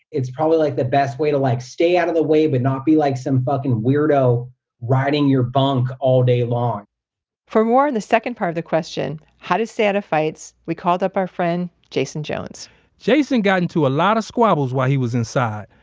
it's probably like the best way to like stay out of the way, but not be like some fucking weirdo riding your bunk all day long for more on the second part of the question, how to stay out of fights, we called up our friend jason jones jason got into a lot of squabbles while he was inside,